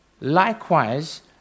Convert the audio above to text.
Likewise